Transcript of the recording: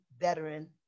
veteran